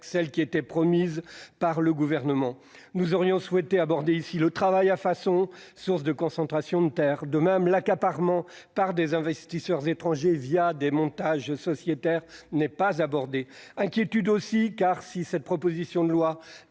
foncière qui était promise par le Gouvernement. Nous aurions souhaité aborder le travail à façon, source de concentration de terres. De même, l'accaparement par des investisseurs étrangers des montages sociétaires n'est pas traité. Ensuite, bien que cette proposition de loi